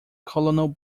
colonel